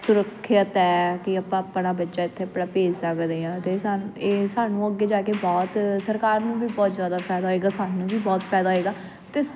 ਸੁਰੱਖਿਅਤ ਹੈ ਕਿ ਆਪਾਂ ਆਪਣਾ ਬੱਚਾ ਇੱਥੇ ਆਪਣਾ ਭੇਜ ਸਕਦੇ ਹਾਂ ਅਤੇ ਸਾਨੂੰ ਇਹ ਸਾਨੂੰ ਅੱਗੇ ਜਾ ਕੇ ਬਹੁਤ ਸਰਕਾਰ ਨੂੰ ਵੀ ਬਹੁਤ ਜ਼ਿਆਦਾ ਫਾਇਦਾ ਹੋਏਗਾ ਸਾਨੂੰ ਵੀ ਬਹੁਤ ਫਾਇਦਾ ਹੋਏਗਾ ਅਤੇ